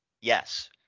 Yes